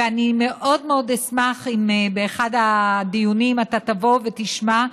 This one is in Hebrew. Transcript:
ואני מאוד מאוד אשמח אם באחד הדיונים אתה תבוא ותשמע,